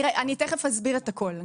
אני תיכף אסביר את הכל.